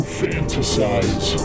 fantasize